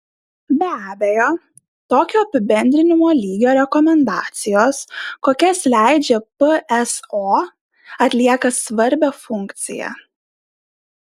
be abejo tokio apibendrinimo lygio rekomendacijos kokias leidžia pso atlieka svarbią funkciją